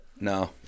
No